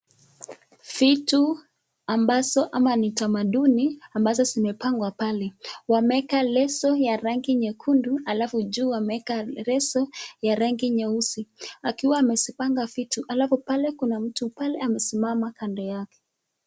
Vitu ambazo ama ni tamaduni ambazo zimepangwa pale. Wameweka leso ya rangi nyekundu alafu juu wameweka leso ya rangi nyeusi akiwa amezipanga vitu. Alafu pale kuna mtu pale amesimama kando yake.